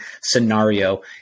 scenario